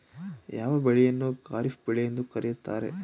ಯಾವ ಬೆಳೆಯನ್ನು ಖಾರಿಫ್ ಬೆಳೆ ಎಂದು ಕರೆಯುತ್ತಾರೆ?